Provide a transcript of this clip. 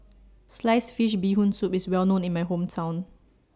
Sliced Fish Bee Hoon Soup IS Well known in My Hometown